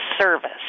service